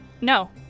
No